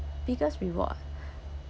biggest reward ah